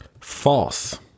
False